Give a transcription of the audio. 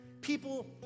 people